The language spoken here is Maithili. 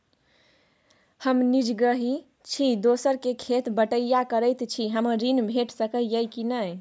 हम निजगही छी, दोसर के खेत बटईया करैत छी, हमरा ऋण भेट सकै ये कि नय?